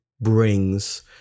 brings